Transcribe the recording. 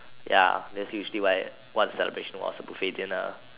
ya that's usually what what a celebration was a buffet dinner